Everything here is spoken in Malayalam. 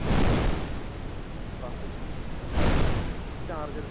ബ്ലാക്കിന് കിട്ടുന്നുണ്ടെങ്കിൽ അത് അങ്ങ് ഒറ്റയടിക്ക് അങ്ങ് മേടിച്ചോ ഒന്നും നോക്കേണ്ട